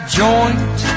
joint